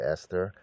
Esther